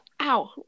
Ow